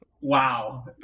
Wow